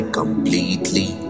completely